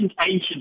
ancient